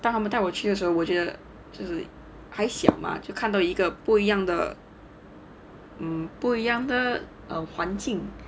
他们带我去的时候我觉得这是还小嘛就看到一个不一样的 um 不一样的环境